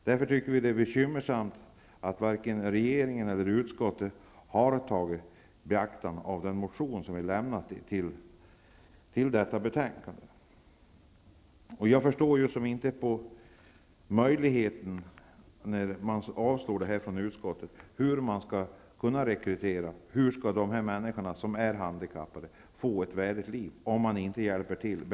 Därför tycker vi att det är bekymmersamt att varken regeringen eller utskottet har tagit i beaktande vår motion, som behandlas i detta betänkande. Jag förstår inte varför utskottet avstyrker detta förslag. Hur skall dessa människor kunna få ett värdigt liv? Man måste ju hjälpa till.